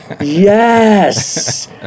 Yes